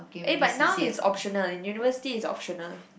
eh but now is optional in university is optional